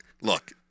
Look